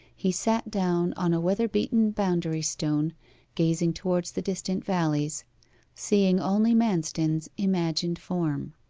he sat down on a weather-beaten boundary-stone gazing towards the distant valleys seeing only manston's imagined form.